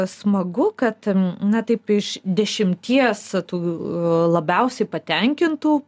smagu kad na taip iš dešimties tų labiausiai patenkintų